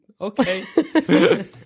okay